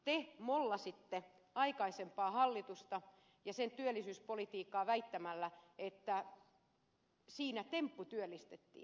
te mollasitte aikaisempaa hallitusta ja sen työllisyyspolitiikkaa väittämällä että siinä tempputyöllistettiin